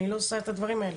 אני לא עושה את הדברים האלה.